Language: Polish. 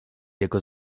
jego